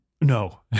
No